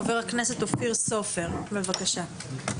חבר הכנסת אופיר סופר, בבקשה.